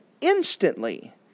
instantly